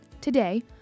Today